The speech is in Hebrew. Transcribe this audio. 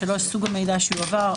סוג המידע שיועבר,